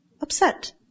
upset